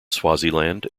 swaziland